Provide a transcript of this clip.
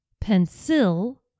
pencil